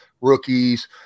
rookies